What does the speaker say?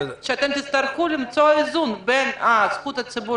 שאתם תצטרכו למצוא איזון בין זכות הציבור